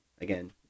again